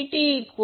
6 75 KVA